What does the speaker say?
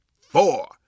four